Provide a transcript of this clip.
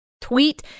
tweet